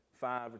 five